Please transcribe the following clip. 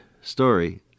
story